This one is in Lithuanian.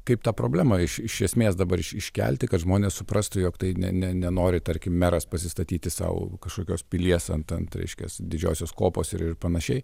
kaip tą problemą iš iš esmės dabar iškelti kad žmonės suprastų jog tai ne ne nenori tarkim meras pasistatyti sau kažkokios pilies ant ant reiškias didžiosios kopos ir ir panašiai